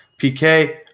PK